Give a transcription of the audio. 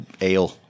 ale